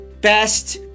best